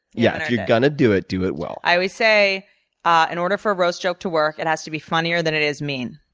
yeah, if you're gonna do it, do it well. i always say in and order for a roast joke to work, it has to be funnier than it is mean.